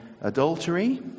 adultery